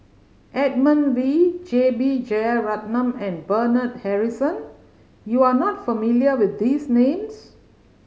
Edmund Wee J B Jeyaretnam and Bernard Harrison you are not familiar with these names